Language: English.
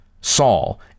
Saul